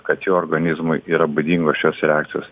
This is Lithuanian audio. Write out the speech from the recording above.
kad jo organizmui yra būdingos šios reakcijos